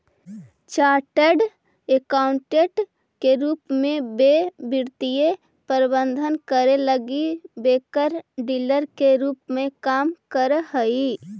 chartered accountant के रूप में वे वित्तीय प्रबंधन करे लगी ब्रोकर डीलर के रूप में काम करऽ हई